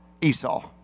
Esau